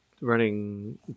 running